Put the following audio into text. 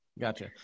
gotcha